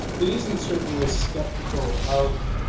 it isn't certain we're skeptical of,